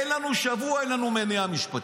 אין לנו שבוע שאין לנו מניעה משפטית.